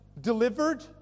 delivered